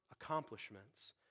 accomplishments